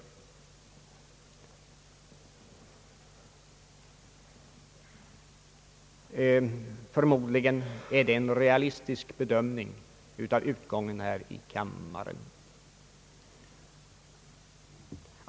Förmodligen är detta en realistisk bedömning av utgången här i kammaren.